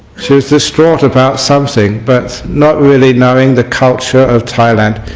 she was distraught about something but not really knowing the culture of thailand,